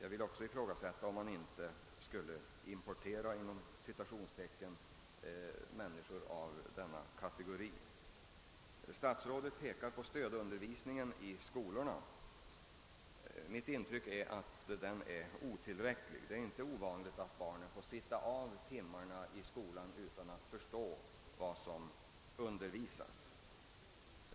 Jag vill också ifrågasätta om man inte borde från utlandet »importera» folk för kuratorsverksamheten. Statsrådet pekar vidare på stödundervisningen i skolorna. Mitt intryck är att den är otillräcklig. Det är inte ovanligt att barnen får sitta av timmarna i skolorna utan att förstå undervisningen.